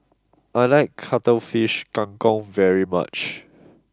I like Cuttlefish Kang Kong very much